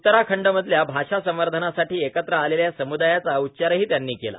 उतराखंडमधल्या भाषा संर्वधानासाठी एकत्र आलेल्या समुदायाचा उच्चारही त्यांनी केला